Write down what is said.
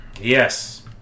Yes